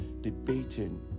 debating